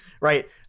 right